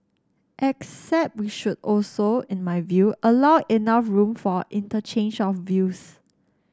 except we should also in my view allow enough room for interchange of views